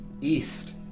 east